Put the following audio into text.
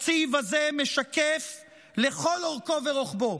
התקציב הזה משקף לכל אורכו ורוחבו